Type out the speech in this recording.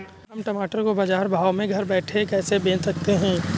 हम टमाटर को बाजार भाव में घर बैठे कैसे बेच सकते हैं?